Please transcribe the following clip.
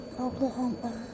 Oklahoma